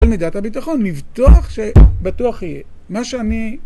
מידת הביטחון, לבטוח ש... בטוח יהיה. מה שאני...